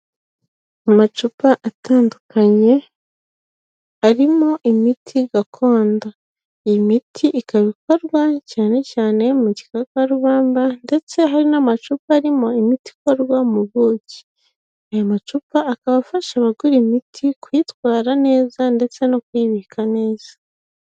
Amacupa atandukanye arimo imiti gakondo. Iyi miti ikaba ikorwa cyane cyane mu gikakarubanda ndetse hari n'amacupa arimo imiti ikorwa mu buki. Aya macupa akaba afasha abagura imiti kuyitwara neza ndetse no kuyibika neza.